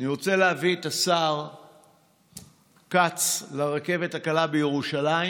אני רוצה להביא את השר כץ לרכבת הקלה בירושלים,